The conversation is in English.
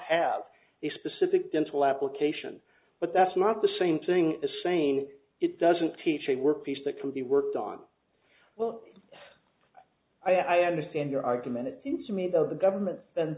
have a specific dental application but that's not the same thing as saying it doesn't teach a work piece that can be worked on well i understand your argument it seems to me though the government and